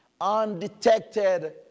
undetected